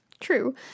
True